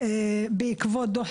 בעקבות דו"ח